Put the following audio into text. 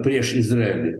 prieš izraelį